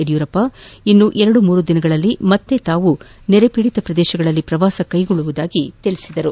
ಯಡಿಯೂರಪ್ಪ ಇನ್ನು ಎರಡ್ಮ್ಮರು ದಿನಗಳಲ್ಲಿ ಮತ್ತೆ ತಾವು ನೆರೆಪೀಡಿತ ಪ್ರದೇಶಗಳಲ್ಲಿ ಪ್ರವಾಸ ಕೈಗೊಳ್ಳುವುದಾಗಿ ತಿಳಿಸಿದರು